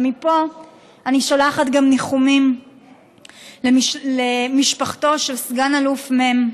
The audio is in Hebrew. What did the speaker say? ומפה אני שולחת גם ניחומים למשפחתו של סגן אלוף מ',